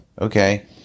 okay